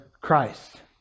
Christ